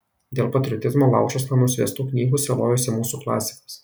dėl patriotizmo laužuosna nusviestų knygų sielojosi mūsų klasikas